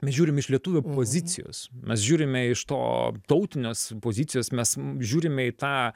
mes žiūrim iš lietuvio pozicijos mes žiūrime iš to tautinės pozicijos mes žiūrime į tą